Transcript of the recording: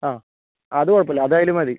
ആ അത് കുഴപ്പമില്ല അതായാലും മതി